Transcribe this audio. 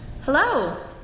Hello